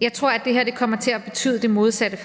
Jeg tror, at det her faktisk kommer til at betyde det modsatte: